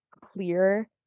clear